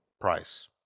price